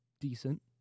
decent